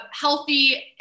healthy